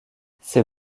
ses